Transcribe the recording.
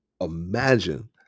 imagine